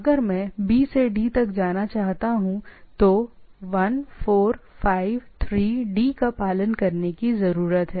अगर मैं B से D तक जाना चाहता हूं तो 1 4 5 3 D का पालन करने की जरूरत है